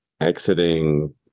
exiting